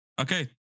okay